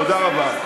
תודה רבה.